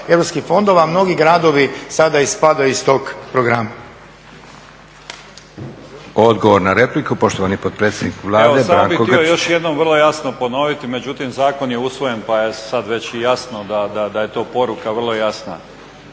Europskih fondova, a mnogi gradovi sada ispadaju iz tog programa.